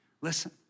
Listen